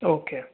okay